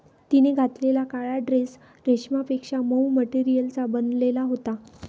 तिने घातलेला काळा ड्रेस रेशमापेक्षा मऊ मटेरियलचा बनलेला होता